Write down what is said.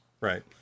Right